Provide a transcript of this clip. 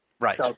Right